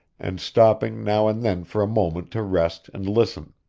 and stopping now and then for a moment to rest and listen.